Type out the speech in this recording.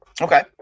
Okay